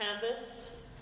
canvas